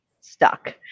stuck